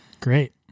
Great